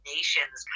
Nations